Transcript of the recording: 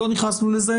לא נכנסנו לזה.